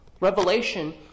revelation